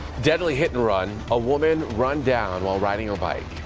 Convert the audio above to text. deadly hit-and-run. a woman run down while riding her bike.